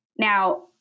Now